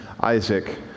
Isaac